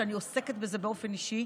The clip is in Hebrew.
שאני עוסקת בזה באופן אישי,